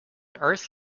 earth